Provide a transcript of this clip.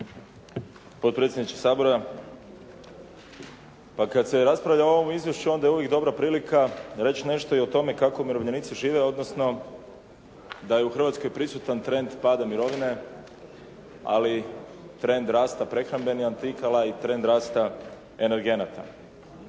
Potpredsjedniče Sabora. Pa kad se raspravlja o ovom izvješću onda je uvijek dobra prilika reći nešto i o tome kako umirovljenici žive odnosno da je u Hrvatskoj prisutan trend pada mirovina ali trend rasta prehrambenih artikala i trend rasta energenata.